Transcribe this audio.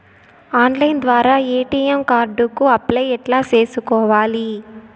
Online ద్వారా ATM card కు apply ఎట్లా సేసుకోవాలి?